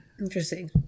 Interesting